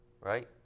right